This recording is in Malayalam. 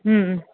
മ്മ്